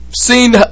seen